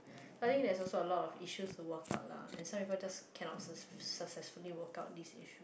but the thing that's also a lot of issues to walk out lah and some people just cannot success successfully walk out this